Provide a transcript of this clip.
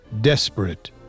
desperate